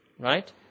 Right